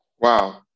Wow